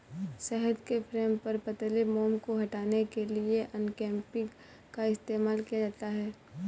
शहद के फ्रेम पर पतले मोम को हटाने के लिए अनकैपिंग का इस्तेमाल किया जाता है